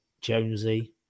jonesy